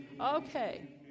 Okay